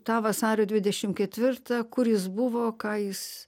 tą vasario dvidešim ketvirtą kur jis buvo ką jis